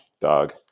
dog